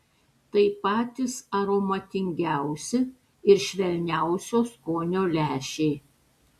tai patys aromatingiausi ir švelniausio skonio lęšiai